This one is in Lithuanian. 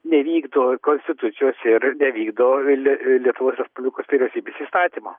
nevykdo konstitucijos ir nevykdo li lietuvos respublikos vyriausybės įstatymo